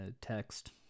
text